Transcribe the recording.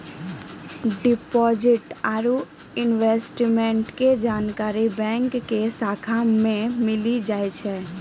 deposit आरू investment के जानकारी बैंको के शाखा मे मिली जाय छै